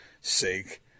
sake